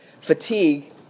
fatigue